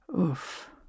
Oof